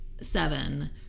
Seven